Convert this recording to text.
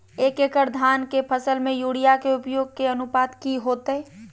एक एकड़ धान के फसल में यूरिया के उपयोग के अनुपात की होतय?